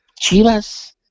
Chivas